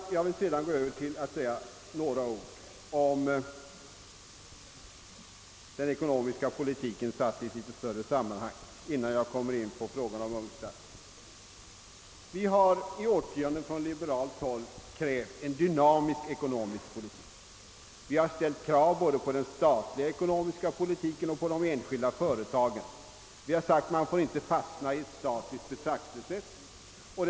Innan jag går in på frågan om UNCTAD vill jag säga några ord om den ekonomiska politiken sedd i ett större sammanhang. Vi har i årtionden från liberalt håll krävt en dynamisk ekonomisk politik. Vi har ställt krav på den statliga ekonomiska politiken och på de enskilda företagen. Vi har sagt, att man inte får fastna i ett statiskt betraktelsesätt.